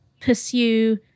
pursue